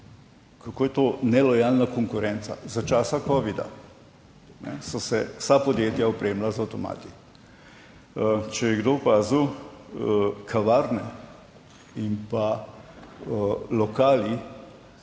kako je to nelojalna konkurenca. Za časa covida so se vsa podjetja opremila z avtomati, če je kdo opazil kavarne in pa lokali